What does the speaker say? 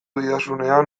didazunean